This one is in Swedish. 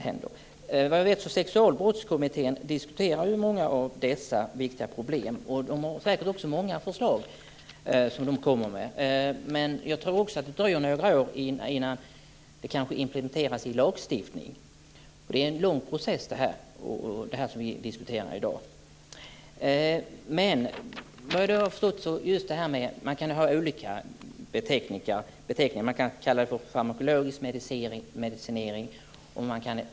Såvitt jag vet diskuterade Sexualbrottskommittén många av dessa viktiga frågor och kom säkert med många förslag. Jag tror att det tar några år innan detta kan implementeras i lagstiftning. Det vi diskuterar i dag är en lång process. Man kan ha olika beteckningar. Man kan kalla det för farmakologisk medicinering.